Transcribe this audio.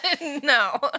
No